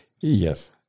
Yes